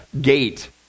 gate